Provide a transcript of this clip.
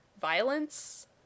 violence